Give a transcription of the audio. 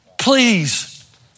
Please